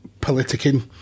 politicking